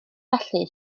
felly